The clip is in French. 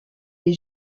les